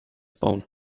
bauen